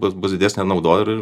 bus bus didesnė nauda ir